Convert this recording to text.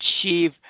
achieve